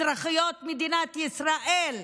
אזרחיות מדינת ישראל,